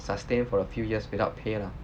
sustain for a few years without pay lah